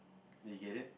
you get it